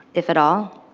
if at all?